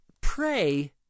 pray